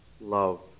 love